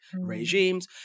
regimes